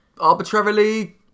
arbitrarily